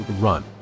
run